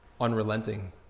unrelenting